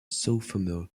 sophomore